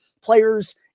players